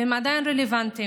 והם עדיין רלוונטיים.